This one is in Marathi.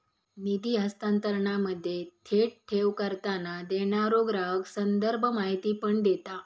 निधी हस्तांतरणामध्ये, थेट ठेव करताना, देणारो ग्राहक संदर्भ माहिती पण देता